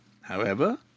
However